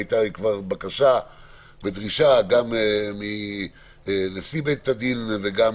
היתה לי כבר בקשה ודרישה גם מנשיא בית-הדין וגם